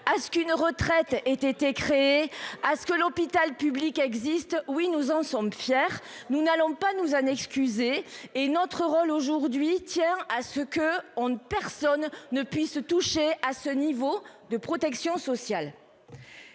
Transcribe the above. à ce qu'une retraite ait été créée à ce que l'hôpital public existe, oui nous en sommes fiers, nous n'allons pas nous en excuser et notre rôle aujourd'hui tiens à ce que on ne personne ne puisse toucher à ce niveau de protection sociale.